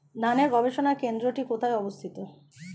ধানের গবষণা কেন্দ্রটি কোথায় অবস্থিত?